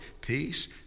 peace